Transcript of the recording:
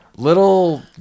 Little